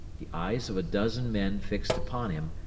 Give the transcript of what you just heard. the eyes of a dozen men fixed upon him,